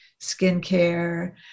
skincare